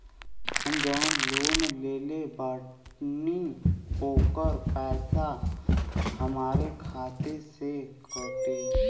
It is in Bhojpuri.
हम जवन लोन लेले बानी होकर पैसा हमरे खाते से कटी?